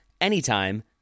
anytime